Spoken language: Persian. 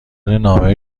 نامه